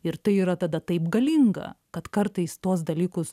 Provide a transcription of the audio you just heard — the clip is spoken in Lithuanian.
ir tai yra tada taip galinga kad kartais tuos dalykus